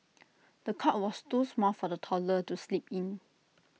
the cot was too small for the toddler to sleep in